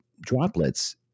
droplets